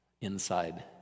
inside